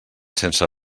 sense